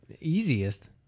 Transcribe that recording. Easiest